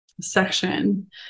section